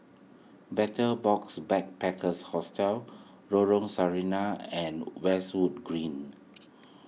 Betel Box Backpackers Hostel Lorong Sarina and Westwood Green